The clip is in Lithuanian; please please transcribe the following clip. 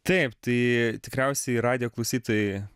taip tai tikriausiai radijo klausytojai